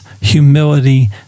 humility